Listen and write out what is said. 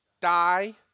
die